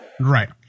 Right